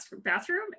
bathroom